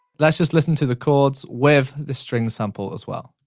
let's just listen to the chords with the string sample as well.